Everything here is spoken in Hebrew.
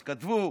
אז כתבו: